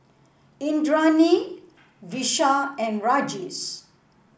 Indranee Vishal and Rajesh